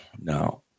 no